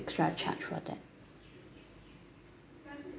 extra charge for that